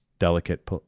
delicate